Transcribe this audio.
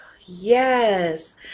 yes